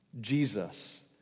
Jesus